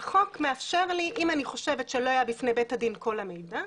אם אני חושבת שלא היה בפני בית הדין כל המידע,